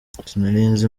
sinarinzi